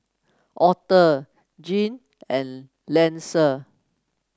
Author Gene and Linsey